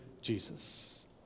Jesus